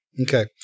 Okay